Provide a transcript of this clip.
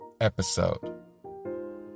episode